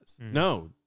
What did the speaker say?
No